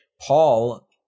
Paul